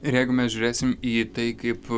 ir jeigu mes žiūrėsim į tai kaip